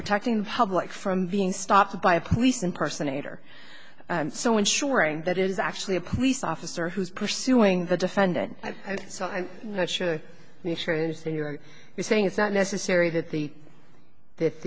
protecting the public from being stopped by a policeman personate or so ensuring that is actually a police officer who's pursuing the defendant and so i'm not sure you are saying it's not necessary that the that